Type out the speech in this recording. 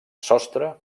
sostre